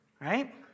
Right